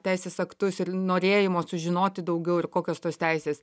teisės aktus ir norėjimo sužinoti daugiau ir kokios tos teisės